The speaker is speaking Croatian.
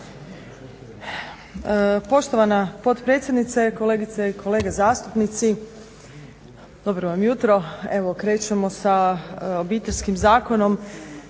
Poštovana potpredsjednice, kolegice i kolege zastupnici dobro vam jutro. Evo krećemo sa obiteljskim zakonom,